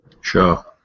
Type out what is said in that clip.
Sure